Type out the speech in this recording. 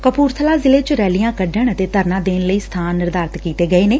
ਕਪੁਰਬਲਾ ਜ਼ਿਲੇ ਚ ਰੈਲੀਆਂ ਕੱਢਣ ਅਤੇ ਧਰਨਾ ਦੇਣ ਲਈ ਸਬਾਨ ਨਿਰਧਾਰਿਤ ਕੀਤੇ ਗਏ ਨੇ